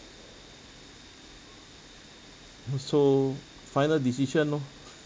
mm so final decision lor